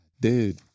Dude